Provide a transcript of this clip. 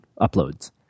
uploads